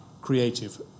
creative